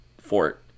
fort